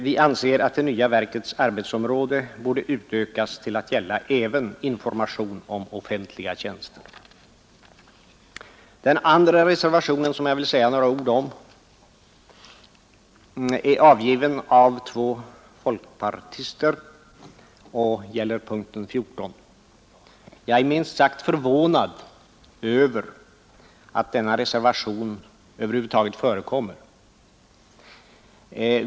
Vi anser att det nya verkets arbetsområde borde utökas till att gälla även information om offentliga tjänster. Den andra reservationen som jag vill säga några ord om är avgiven av två folkpartister och gäller punkten 14. Jag är minst sagt förvånad över att denna reservation över huvud taget förekommer.